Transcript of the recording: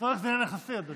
צורך זה עניין יחסי, אדוני.